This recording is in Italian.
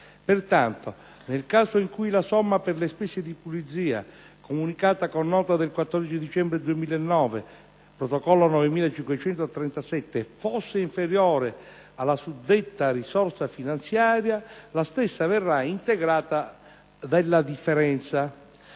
Pertanto, nel caso in cui la somma per spese di pulizia, comunicata con nota del 14 dicembre 2009 protocollo n. 9537, fosse inferiore alla suddetta risorsa finanziaria, la stessa verrà integrata della differenza.